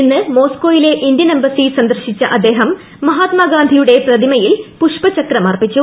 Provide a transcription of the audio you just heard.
ഇന്ന് മോസ്കോയിലെ Indian embassy സന്ദർശിച്ച അദ്ദേഹം മഹാത്മാഗാന്ധിയുടെ പ്രപ്രതിമയിൽ പുഷ്പചക്രം അർപ്പിച്ചു